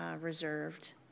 reserved